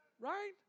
Right